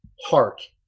heart